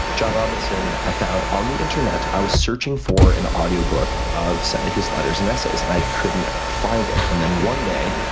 john robinson i found on the internet. i was searching searching for an audio book of seneca's letters and essays and i couldn't find it, and then one day,